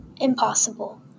impossible